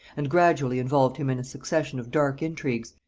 and gradually involved him in a succession of dark intrigues,